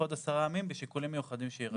עוד עשרה ימים בשיקולים מיוחדים שיירשמו.